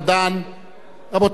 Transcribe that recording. רבותי חברי הכנסת,